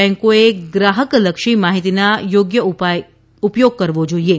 બેંકોએ ગ્રાહકલક્ષી માહિતીના યોગ્ય ઉપયોગ કરવો જોઇએ